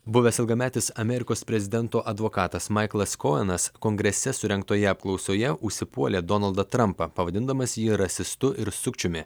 buvęs ilgametis amerikos prezidento advokatas maiklas kojenas kongrese surengtoje apklausoje užsipuolė donaldą trampą pavadindamas jį rasistu ir sukčiumi